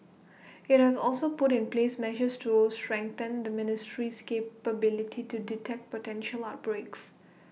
IT has also put in place measures to strengthen the ministry's capability to detect potential outbreaks